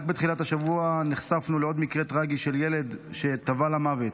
רק בתחילת השבוע נחשפנו לעוד מקרה טרגי של ילד שטבע למוות.